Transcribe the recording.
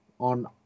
on